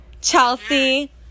Chelsea